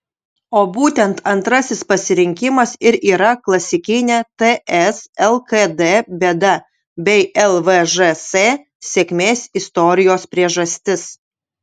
o būtent antrasis pasirinkimas ir yra klasikinė ts lkd bėda bei lvžs sėkmės istorijos priežastis